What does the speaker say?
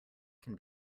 can